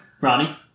Ronnie